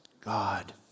God